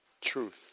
truth